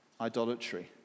idolatry